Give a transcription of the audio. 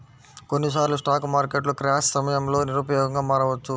కొన్నిసార్లు స్టాక్ మార్కెట్లు క్రాష్ సమయంలో నిరుపయోగంగా మారవచ్చు